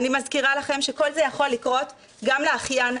אני מזכירה לכם שכל זה יכול לקרות גם לאחיין,